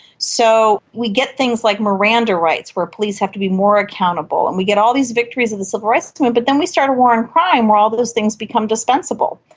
so we get things like miranda rights where police have to be more accountable, and we get all these victories of the civil rights movement, and but then we start a war on crime where all those things become dispensable,